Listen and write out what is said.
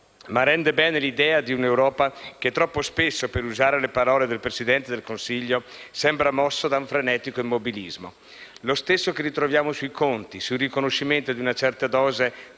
ma rende bene l'idea di un'Europa che troppo spesso - per usare le parole del Presidente del Consiglio - sembra mossa da un frenetico immobilismo; lo stesso che ritroviamo sui conti, sul riconoscimento di una certa dose